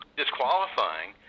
disqualifying